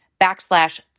backslash